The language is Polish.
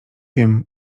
wiem